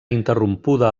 interrompuda